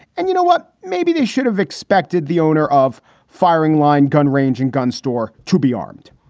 and you know what? maybe they should have expected the owner of firing line gun range and gun store to be armed.